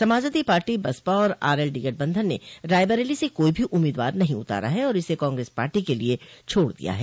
Samajwadi party Baspa और RLD गठबंधन ने रायबरेली से कोई भी उम्मीदवार नहीं उतारा है और इसे कांग्रेस पार्टी के लिये छोड़ दिया है